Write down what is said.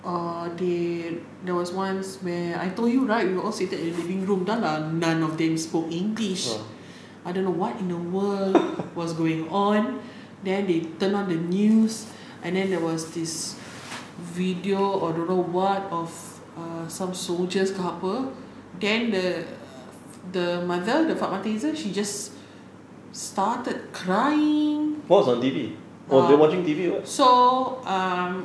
err they there was once where I told you right we were all seated in the living room sudah lah none of them spoke english I don't know what in the world was going on then they turn on the news and then there was this video or don't know what of err some soldiers ke apa then the the mother the fatma~ taser she just started crying err so um